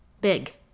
Big